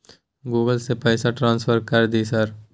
Google से से पैसा ट्रांसफर कर दिय सर?